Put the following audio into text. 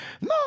no